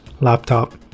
laptop